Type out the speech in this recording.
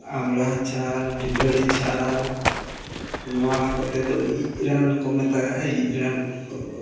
ᱟᱢᱲᱟ ᱪᱷᱟᱞ ᱰᱤᱰᱷᱟᱹᱲᱤ ᱪᱷᱟᱞ ᱱᱚᱣᱟ ᱠᱚᱛᱮ ᱫᱚ ᱤᱡ ᱨᱟᱱ ᱠᱚ ᱢᱮᱛᱟᱜᱟᱜᱼᱟ ᱤᱡ ᱨᱟᱱ ᱠᱚ